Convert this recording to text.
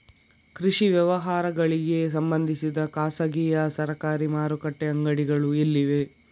ಕೃಷಿ ವ್ಯವಹಾರಗಳಿಗೆ ಸಂಬಂಧಿಸಿದ ಖಾಸಗಿಯಾ ಸರಕಾರಿ ಮಾರುಕಟ್ಟೆ ಅಂಗಡಿಗಳು ಎಲ್ಲಿವೆ?